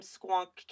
Squonk